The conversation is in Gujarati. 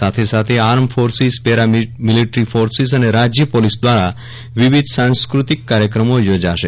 સાથે સાથે arm forces paramilitary forces અને રાજ્ય પોલીસ દ્વારા વિવિધ સાંસ્કૃત્તિક કાર્યક્રમો યોજાશે